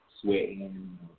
Sweating